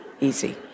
easy